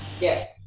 Yes